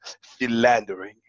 philandering